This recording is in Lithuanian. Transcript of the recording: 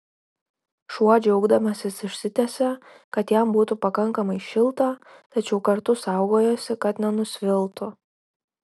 šuo džiaugdamasis išsitiesė kad jam būtų pakankamai šilta tačiau kartu saugojosi kad nenusviltų